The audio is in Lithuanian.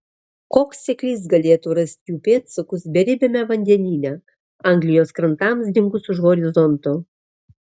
koks seklys galėtų rasti jų pėdsakus beribiame vandenyne anglijos krantams dingus už horizonto